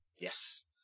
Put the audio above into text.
Yes